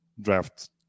draft